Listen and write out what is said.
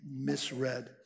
misread